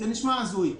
זה הזוי.